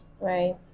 right